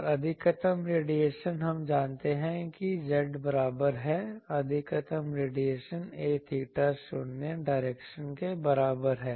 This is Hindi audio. और अधिकतम रेडिएशन हम जानते हैं कि z बराबर है अधिकतम रेडिएशन a theta 0 डायरेक्शन के बराबर है